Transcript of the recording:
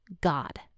God